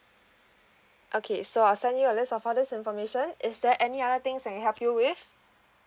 okay so I'll send you a list of all this information is there any other things I can help you with